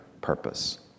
purpose